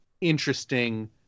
interesting